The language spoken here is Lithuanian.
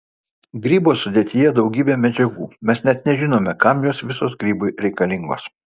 grybo sudėtyje daugybė medžiagų mes net nežinome kam jos visos grybui reikalingos